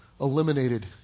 eliminated